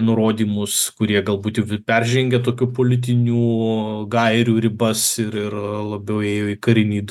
nurodymus kurie galbūt peržengia tokių politinių gairių ribas ir ir labiau ėjo į karinį